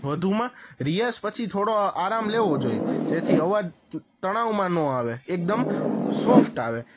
વધુમાં રિયાઝ પછી થોડો આરામ લેવો જોઈએ જેથી અવાજ તણાવમાં ન આવે એકદમ સોફ્ટ આવે